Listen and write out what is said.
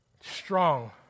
strong